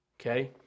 Okay